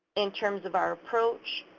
in terms of our approach,